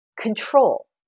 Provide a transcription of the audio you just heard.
control